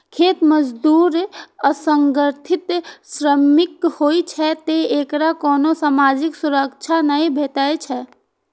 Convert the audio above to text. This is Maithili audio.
खेत मजदूर असंगठित श्रमिक होइ छै, तें एकरा कोनो सामाजिक सुरक्षा नै भेटै छै